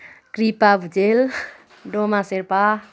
कृपा भुजेल डोमा शेर्पा